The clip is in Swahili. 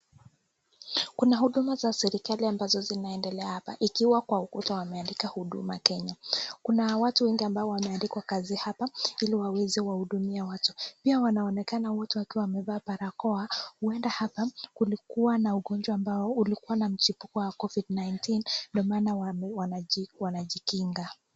Kuna huduma za serikali ambazo zinaendelea hapa, ikiwa kwa ukuta wameandika 'Huduma Kenya'.Kuna watu wengi ambao wameandikwa kazi hapa, ili waweze wahudumia watu. Pia wanaonekana wote wakiwa wamevaa barakoa huenda hapa kulikuwa na ugonjwa ambao ulikuwa na mchipuko wa cs[Covid-19]cs ndo maana wanajikinga.